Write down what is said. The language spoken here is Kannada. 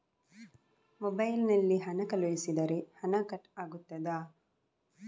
ಮೊಬೈಲ್ ನಲ್ಲಿ ಹಣ ಕಳುಹಿಸಿದರೆ ಹಣ ಕಟ್ ಆಗುತ್ತದಾ?